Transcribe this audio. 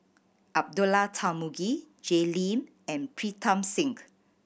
Abdullah Tarmugi Jay Lim and Pritam Singh